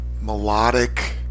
melodic